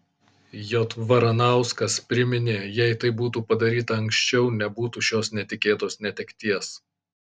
j varanauskas priminė jei tai būtų padaryta anksčiau nebūtų šios netikėtos netekties